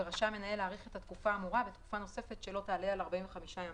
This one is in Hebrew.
ורשאי המנהל להאריך את התקופה האמורה בתקופה נוספת שלא תעלה על 45 ימים.